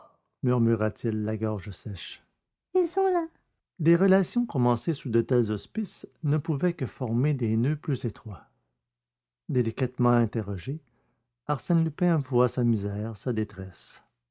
murmura-t-il la gorge sèche ils sont là des relations commencées sous de tels auspices ne pouvaient que former des noeuds plus étroits délicatement interrogé arsène lupin avoua sa misère sa détresse